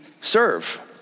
serve